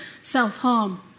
self-harm